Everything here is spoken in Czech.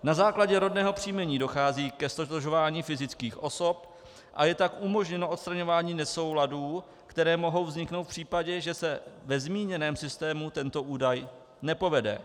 Na základě rodného příjmení dochází ke ztotožňování fyzických osob a je tak umožněno odstraňování nesouladů, které mohou vzniknout v případě, že se ve zmíněném systému tento údaj nepovede.